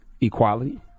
equality